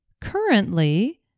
Currently